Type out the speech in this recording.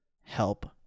help